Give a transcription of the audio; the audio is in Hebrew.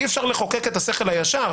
אי-אפשר לחוקק את השכל הישר,